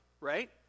right